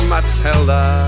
Matilda